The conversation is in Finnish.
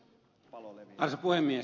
arvoisa puhemies